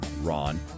Ron